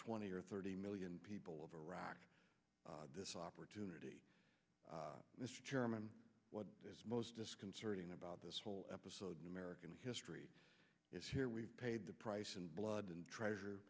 twenty or thirty million people of iraq this opportunity mr chairman what is most disconcerting about this whole episode in american history is here we've paid the price in blood and treasure